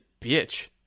bitch